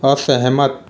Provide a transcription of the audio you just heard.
असहमत